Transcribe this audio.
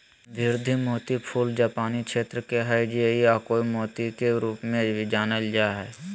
संवर्धित मोती मूल जापानी क्षेत्र के हइ जे कि अकोया मोती के रूप में भी जानल जा हइ